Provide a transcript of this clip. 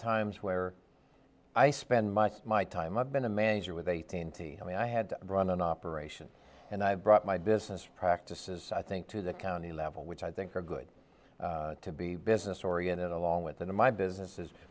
times where i spend my smy time i've been a manager with a teenty i mean i had to run an operation and i brought my business practices i think to the county level which i think are good to be business oriented along with the my business is